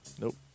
Nope